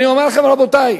אני אומר לכם, רבותי,